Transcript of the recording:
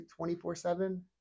24/7